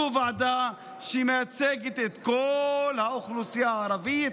זו ועדה המייצגת את כל האוכלוסייה הערבית.